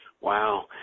Wow